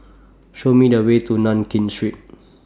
Show Me The Way to Nankin Street